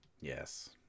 yes